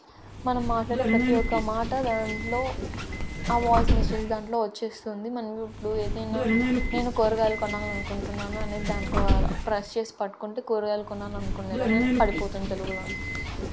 మనం మాట్లాడే ప్రతి ఒక్క మాట దాంట్లో ఆ వాయిస్ మెసేజ్ దాంట్లో వచ్చేస్తుంది మనం ఇప్పుడు ఏదైనా నేను కూరగాయలు కొనాలనుకుంటున్నాను అనేది దాంట్లో ప్రెస్ చేసి పట్టుకుంటే కూరగాయలు కొనాలనుకునేదాన్నని పడిపోతుంది తెలుగులోని